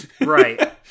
Right